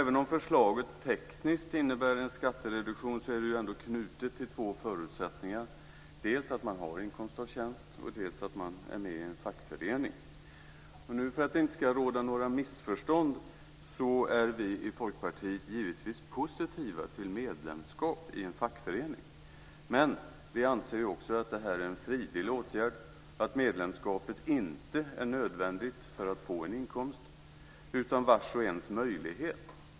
Även om förslaget tekniskt innebär en skattereduktion är det knutet till två förutsättningar: dels att man har inkomst av tjänst, dels att man är med i en fackförening. För att det inte ska råda något missförstånd ska jag säga att vi i Folkpartiet givetvis är positiva till medlemskap i en fackförening, men vi anser också att detta är en frivillig åtgärd och att medlemskapet inte är nödvändigt för att få en inkomst utan att det är vars och ens möjlighet.